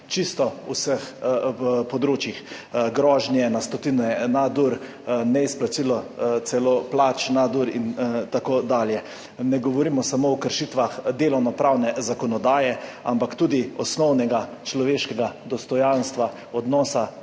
čisto vseh področjih, grožnje, na stotine nadur, celo neizplačilo plač, nadur in tako dalje. Ne govorimo samo o kršitvah delovnopravne zakonodaje, ampak tudi osnovnega človeškega dostojanstva, odnosa